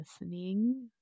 listening